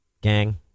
Gang